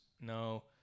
no